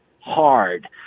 Hard